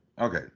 Okay